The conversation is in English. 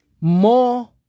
More